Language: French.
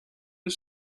eux